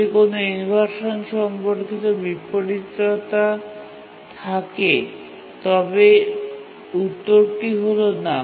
যদি কোনও ইনভারসান সম্পর্কিত বিপরীততা থাকে তবে উত্তরটি হল না